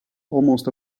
almost